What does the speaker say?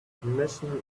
mission